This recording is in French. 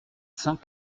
cent